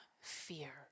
fear